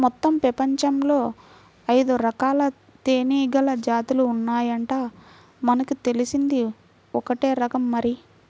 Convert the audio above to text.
మొత్తం పెపంచంలో ఐదురకాల తేనీగల జాతులు ఉన్నాయంట, మనకు తెలిసింది ఒక్కటే రకం మరి